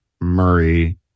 Murray